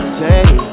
take